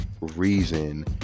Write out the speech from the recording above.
reason